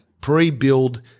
pre-build